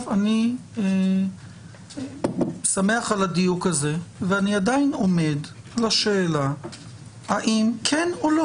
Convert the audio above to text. אני שמח על הדיוק הזה ואני עדיין עומד על השאלה האם כן לא?